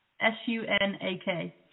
S-U-N-A-K